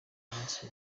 munsi